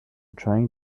trying